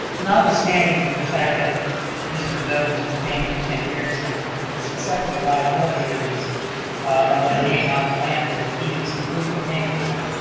not withstanding the fact that mr. bevan's been paying for ten years, and has accepted the liability of of them being on the land that he is completely paying for,